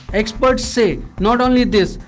experts say not only this,